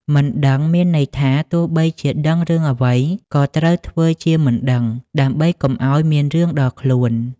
«មិនដឹង» មានន័យថា ទោះបីជាដឹងរឿងអ្វី ក៏ត្រូវធ្វើជាមិនដឹង ដើម្បីកុំឱ្យមានរឿងដល់ខ្លួន។